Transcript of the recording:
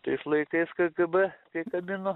tais laikais kgb kai kabino